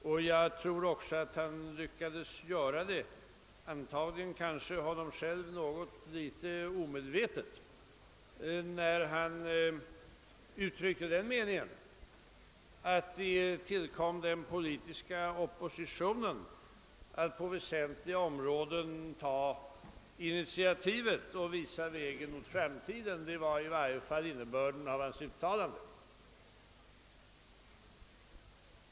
Det tror jag att han lyckades göra — antagligen sig själv ovetande — när han uttryckte den meningen att det tillkom den politiska oppositionen att på väsentliga områden ta initiativet och visa vägen mot framtiden; det var i varje fall innebörden av hans uttalande.